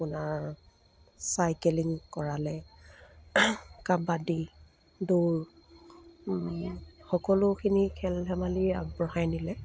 আপোনাৰ চাইকেলিং কৰালে কাবাডী দৌৰ সকলোখিনি খেল ধেমালি আগবঢ়াই নিলে